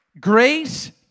Grace